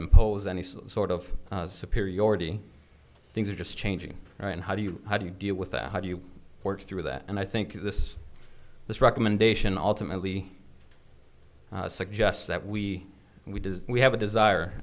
impose any sort of superiority things are just changing right and how do you how do you deal with that how do you work through that and i think this this recommendation automatically suggests that we we do is we have a desire